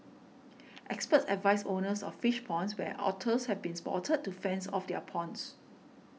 experts advise owners of fish ponds where otters have been spotted to fence off their ponds